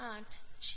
8 છે